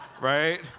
right